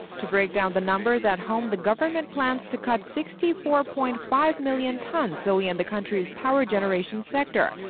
to break down the numbers. at home, the government plans to cut sixty four point five million tons solely in the country's power generation sector,